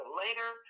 later